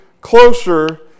closer